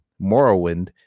Morrowind